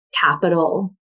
capital